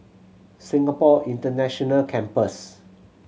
Singapore International Campus